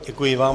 Děkuji vám.